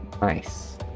Nice